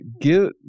give